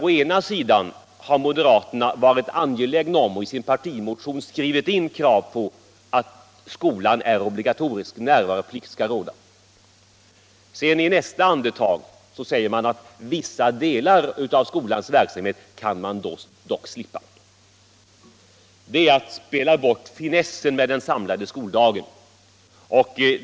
Å ena sidan har moderaterna varit angelägna om att i sin partimotion skriva in krav på att skolan är obligatorisk, närvaroplikt skall råda, och å andra sidan säger man i nästa andetag att vissa delar av skolans verksamhet kan man dock slippa. Det är att spela bort finessen med den samlade skoldagen.